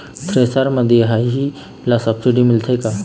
Thresher म दिखाही ला सब्सिडी मिलथे का?